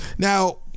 Now